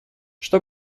что